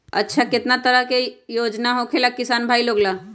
अच्छा कितना तरह के योजना होखेला किसान भाई लोग ला?